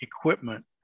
equipment